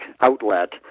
outlet